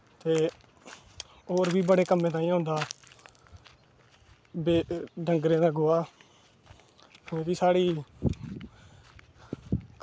ते होर बी बड़े कम्में ताहीं आंदा डंगरें दा गोहा ओह् बी साढ़ी